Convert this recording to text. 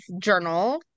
journal